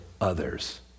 others